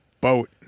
boat